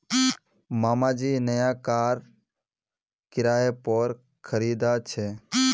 मामा जी नया कार किराय पोर खरीदा छे